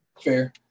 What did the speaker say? Fair